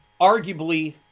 arguably